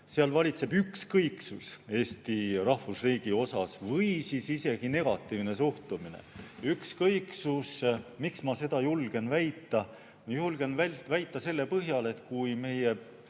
seal valitseb ükskõiksus Eesti rahvusriigi osas või isegi negatiivne suhtumine. Ükskõiksus! Miks ma seda julgen väita? Julgen väita selle põhjal, et meie